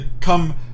come